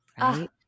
right